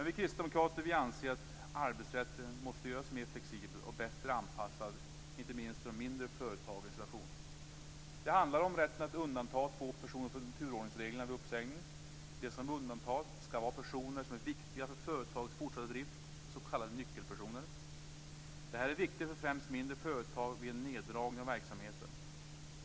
Vi kristdemokrater anser att arbetsrätten måste göras mer flexibel och bättre anpassad till inte minst de mindre företagens situation. Det handlar om · rätten att undanta två personer från turordningsreglerna vid uppsägning. De som undantas skall vara personer som är viktiga för företagets fortsatta drift, s.k. nyckelpersoner. Detta är viktigt för främst mindre företag vid en neddragning av verksamheten.